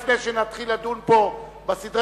לפני שנתחיל לדון פה בסדר-היום,